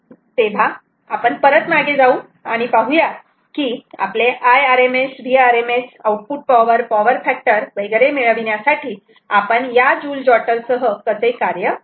तेव्हा आपण परत मागे जाऊ आणि पाहुयात की आपले Irms Vrms output power power factor वगैरे मिळविण्यासाठी आपण या जुल जॉटर सह कसे कार्य करावे